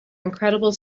incredible